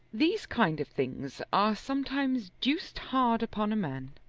these kind of things are sometimes deuced hard upon a man.